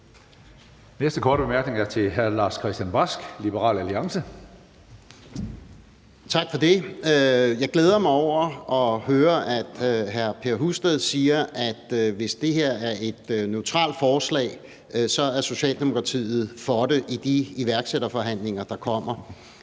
Næste korte bemærkning er til hr. Lars-Christian Brask, Liberal Alliance. Kl. 14:15 Lars-Christian Brask (LA): Tak for det. Jeg glæder mig over at høre hr. Per Husted sige, at hvis det her er et neutralt forslag, er Socialdemokratiet for det i de iværksætterforhandlinger, der kommer.